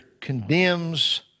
condemns